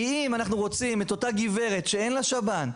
כי אם אנחנו רוצים את אותה גברת שאין לה שב"ן,